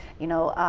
you know,